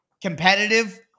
competitive